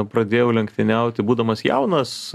pradėjau lenktyniauti būdamas jaunas